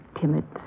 Timid